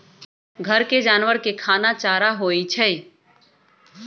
घर के जानवर के खाना चारा होई छई